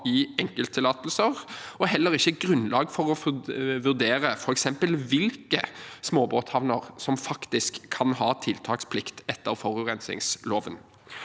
i enkelttillatelser og heller ikke grunnlag for å vurdere f.eks. hvilke småbåthavner som faktisk kan ha tiltaksplikt etter forurensningsloven.